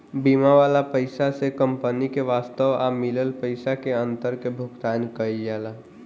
बीमा वाला पइसा से कंपनी के वास्तव आ मिलल पइसा के अंतर के भुगतान कईल जाला